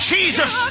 Jesus